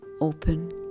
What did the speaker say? open